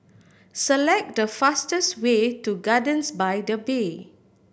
select the fastest way to Gardens by the Bay